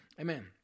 Amen